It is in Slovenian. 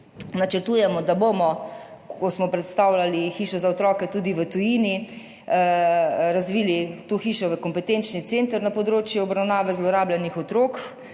Načrtujemo, da bomo, kot smo predstavljali Hišo za otroke tudi v tujini, razvili to hišo v kompetenčni center na področju obravnave zlorabljenih otrok.